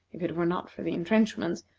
if it were not for the intrenchments,